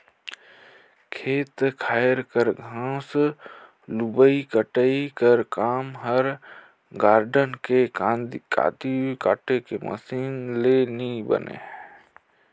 खेत खाएर कर घांस लुबई कटई कर काम हर गारडन के कांदी काटे के मसीन ले नी बने